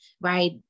Right